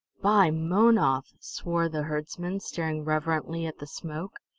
by mownoth! swore the herdsman, staring reverently at the smoke.